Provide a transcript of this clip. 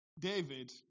David